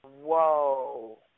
Whoa